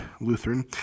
Lutheran